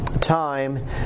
Time